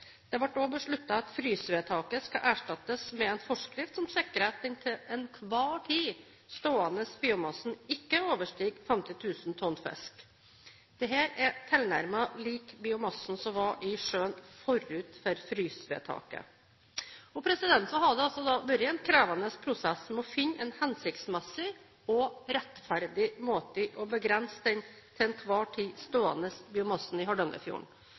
Det ble også besluttet at frysvedtaket skal erstattes med en forskrift som sikrer at den til enhver tid stående biomassen ikke overstiger 50 000 tonn fisk. Dette er tilnærmet lik biomassen som var i sjøen forut for frysvedtaket. Det har vært en krevende prosess med å finne en hensiktsmessig og rettferdig måte å begrense den til enhver tid stående biomassen i Hardangerfjorden.